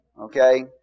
Okay